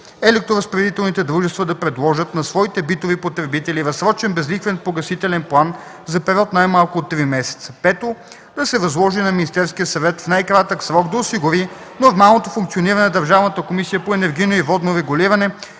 електроразпределителните дружества да предложат на своите битови потребители разсрочен безлихвен погасителен план за период най-малко от три месеца. Пето, да се възложи на Министерския съвет в най-кратък срок да осигури нормалното функциониране на Държавната комисия за енергийно и водно регулиране